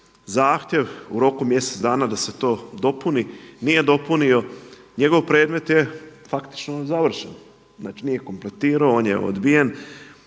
zahtjev u roku mjesec dana da se to dopuni, nije dopunio, njegov predmet je faktično nezavršen. Znači, nije kompletirao, on je odbijen